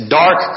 dark